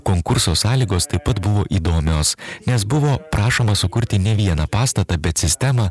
konkurso sąlygos taip pat buvo įdomios nes buvo prašoma sukurti ne vieną pastatą bet sistemą